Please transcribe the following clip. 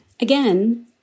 Again